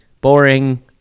Boring